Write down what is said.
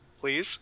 Please